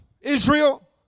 Israel